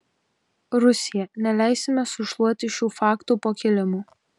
rusija neleisime sušluoti šių faktų po kilimu